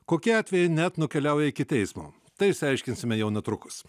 kokie atvejai net nukeliauja iki teismo tai išsiaiškinsime jau netrukus